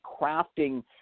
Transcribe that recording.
crafting